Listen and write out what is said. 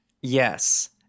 Yes